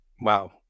Wow